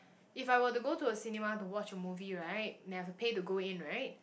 if I were to go to a cinema to watch a movie right then I have to pay to go in right